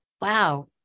wow